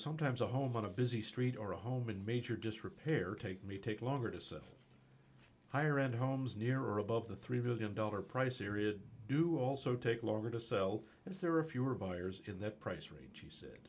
sometimes a home on a busy street or a home in major disrepair take me take longer to sell higher and homes near or above the three billion dollars price area do also take longer to sell and there are fewer buyers in that price range